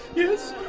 yes?